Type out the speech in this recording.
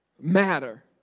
matter